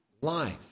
life